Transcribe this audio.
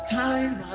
time